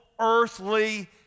earthly